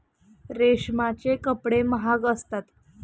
रेशमाचे कपडे महाग असतात